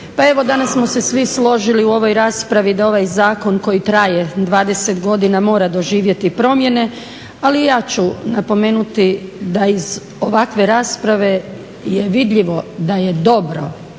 danas smo se svi složili u ovoj raspravi da ovaj Zakon koji traje 20 godina mora doživjeti promjene. Ali i ja ću napomenuti da iz ovakve rasprave je vidljivo da je dobro